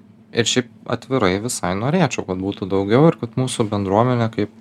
ir šiaip atvirai visai norėčiau kad būtų daugiau ir kad mūsų bendruomenė kaip